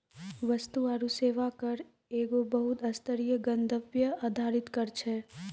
वस्तु आरु सेवा कर एगो बहु स्तरीय, गंतव्य आधारित कर छै